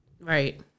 Right